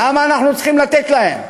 למה אנחנו צריכים לתת להם?